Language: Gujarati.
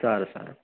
સારું સારું